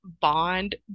bond